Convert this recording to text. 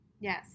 Yes